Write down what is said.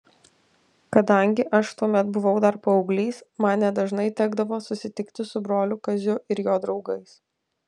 kadangi aš tuomet buvau dar paauglys man nedažnai tekdavo susitikti su broliu kaziu ir jo draugais